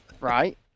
Right